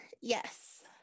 Yes